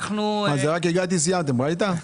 אימאן,